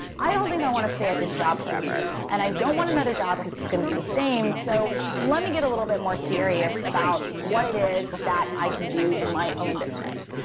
i don't think i want to stay at this job forever, and i don't want another job, because it's going to be the same, so let me get a little bit more serious about what it is that i can do in my own business.